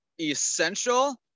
essential